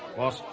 well